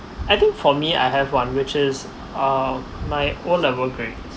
I think for me I have one which is uh my O level grades